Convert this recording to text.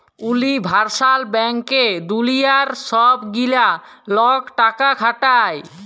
universal ব্যাংকে দুলিয়ার ছব গিলা লক টাকা খাটায়